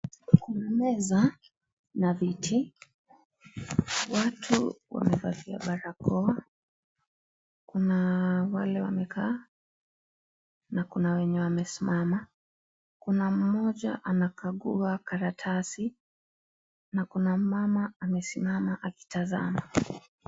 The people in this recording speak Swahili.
Meza na viti, watu wamevalia barakoa kuna wale wamekaa na kuna wenye wamesimama, kuna moja anakagua karatasi na kuna mama amesimama akitazama.